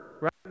right